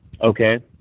okay